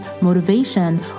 motivation